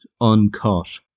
uncut